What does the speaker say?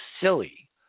silly